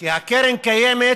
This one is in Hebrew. כי הקרן הקיימת